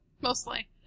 Mostly